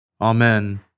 Amen